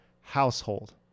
household